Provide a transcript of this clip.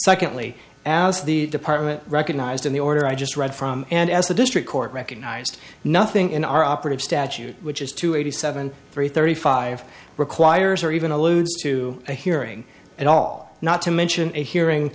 secondly as the department recognized in the order i just read from and as the district court recognized nothing in our operative statute which is two eighty seven three thirty five requires or even alludes to a hearing at all not to mention a hearing